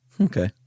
Okay